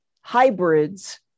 hybrids